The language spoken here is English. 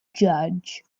judge